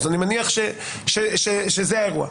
אז אני מניח שזהו האירוע.